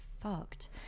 fucked